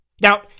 Now